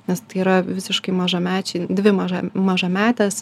nes tai yra visiškai mažamečiai dvi mažam mažametės